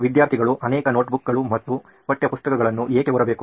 ವಿದ್ಯಾರ್ಥಿಗಳು ಅನೇಕ ನೋಟ್ಬುಕ್ಗಳು ಮತ್ತು ಪಠ್ಯಪುಸ್ತಕಗಳನ್ನು ಏಕೆ ಹೊರಬೇಕು